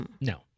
No